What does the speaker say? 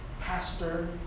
pastor